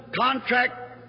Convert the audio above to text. contract